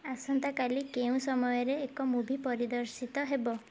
ଆସନ୍ତାକାଲି କେଉଁ ସମୟରେ ଏକ ମୁଭି ପରିଦର୍ଶିତ ହେବ